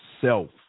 self